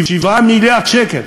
7 מיליארד שקל,